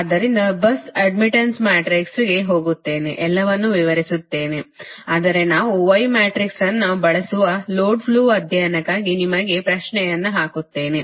ಆದ್ದರಿಂದ bus admittance ಮ್ಯಾಟ್ರಿಕ್ಸ್ಗೆ ಹೋಗುತ್ತೇನೆ ಎಲ್ಲವನ್ನೂ ವಿವರಿಸುತ್ತೇನೆ ಆದರೆ ನಾವು y ಮ್ಯಾಟ್ರಿಕ್ಸ್ ಅನ್ನು ಬಳಸುವ ಲೋಡ್ ಫ್ಲೋ ಅಧ್ಯಯನಕ್ಕಾಗಿ ನಿಮಗೆ ಪ್ರಶ್ನೆಯನ್ನು ಹಾಕುತ್ತೇನೆ